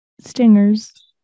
stingers